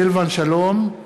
סילבן שלום,